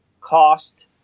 cost